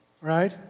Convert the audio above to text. right